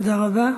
תודה רבה.